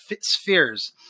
spheres